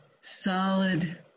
solid